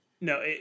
No